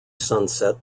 sunset